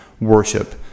worship